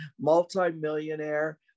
multimillionaire